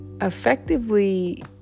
effectively